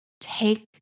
Take